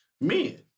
men